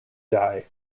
die